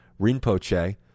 Rinpoche